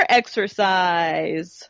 exercise